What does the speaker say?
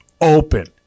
open